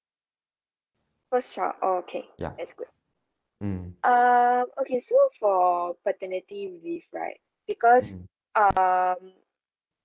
first child oh okay that's good um okay so for paternity leave right because um